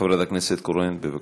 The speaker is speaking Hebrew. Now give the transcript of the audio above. חברת הכנסת קורן, בבקשה.